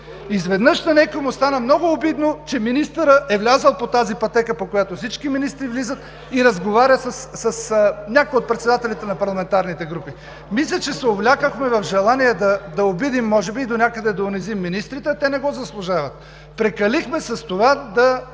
Изведнъж на някой му стана много обидно, че министърът е влязъл по тази пътека, по която всички министри влизат, и разговаря с някои от председателите на парламентарните групи. Мисля, че се увлякохме в желание да обидим, може би, и донякъде да унизим министрите, а те не го заслужават. Прекалихме с това да